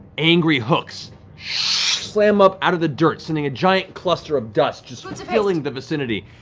angry hooks slam up out of the dirt, sending a giant cluster of dust just filling the vicinity.